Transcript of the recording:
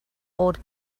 old